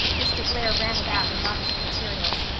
mr. blair ran about and got us the materials.